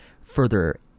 further